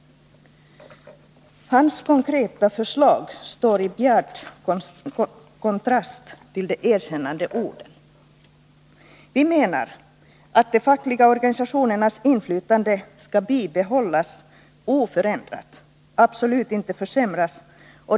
Hans konkreta förslag står i bjärt kontrast till de erkännande orden. Vi menar att de fackliga organisationernas inflytande skall bibehållas oförändrat och absolut inte försämras.